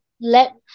let